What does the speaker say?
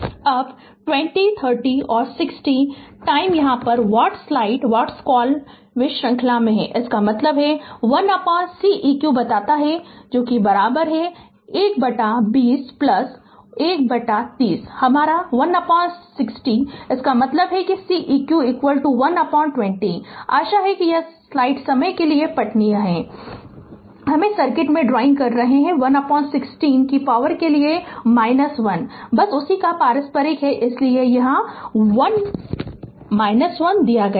अब 20 30 और 60 slide time यहाँ व्हाट्सस्लाइड टाइमकॉल वे श्रृंखला में हैं इसका मतलब है 1Ceq बताता हैं 120 130 हमारा 160 इसका मतलब है Ceq 120 आशा है कि यह स्लाइड समय के लिए पठनीय हैमैं सर्किट पर ड्राइंग कर रहे है 160 शक्ति के लिए 1 बस उसी का पारस्परिक है इसलिए 1 दिया गया है